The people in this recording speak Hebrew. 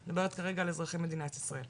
ואני מדברת כרגע על אזרחי מדינת ישראל.